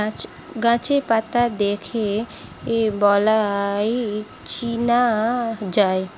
গাছের পাতা দেখে বালাই চেনা যায়